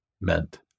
meant